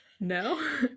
No